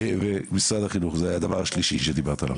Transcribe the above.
ועכשיו לגבי הדבר השלישי שדיברת עליו,